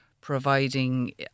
providing